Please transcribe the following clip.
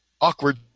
awkward